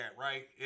right